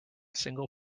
single